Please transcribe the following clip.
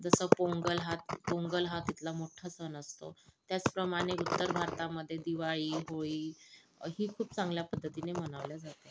जस पोंगल हा पोंगल हा तिथला मोठा सण असतो त्याचप्रमाणे उत्तर भारतामधे दिवाळी होळी ही खूप चांगल्या पद्धतीने मनवली जाते